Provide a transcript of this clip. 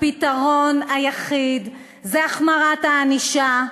הפתרון היחיד זה החמרת הענישה,